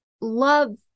love